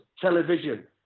television